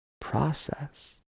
Process